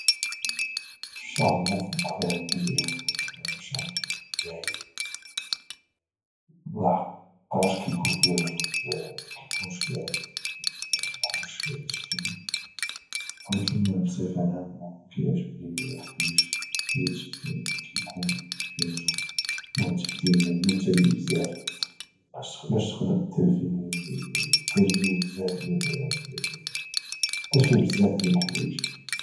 شهر المفضل عندي هو شهر مايلحقاش كايكون فيه الجو معتدل ما كايكونش بارد وما كايكونش سخون ولكن بصفة عامة كيعجبني الخريف حيت كيكون فيه الجو معتدل بزاف باش تقدر دير بزاف ديال الحوايج